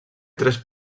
tres